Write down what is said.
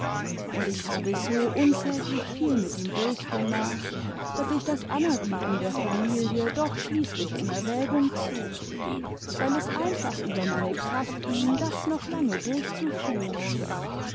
und ich habe so unsäglich viel mit ihm durchgemacht daß ich das anerbieten der familie doch schließlich in erwägung zog weil es einfach über meine kraft ging das noch lange durchzuführen